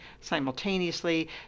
simultaneously